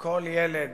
כל ילד